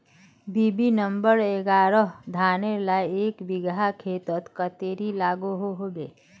BB number एगारोह धानेर ला एक बिगहा खेतोत कतेरी लागोहो होबे?